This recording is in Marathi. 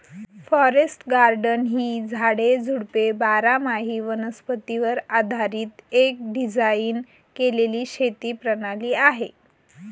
फॉरेस्ट गार्डन ही झाडे, झुडपे बारामाही वनस्पतीवर आधारीत एक डिझाइन केलेली शेती प्रणाली आहे